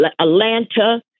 Atlanta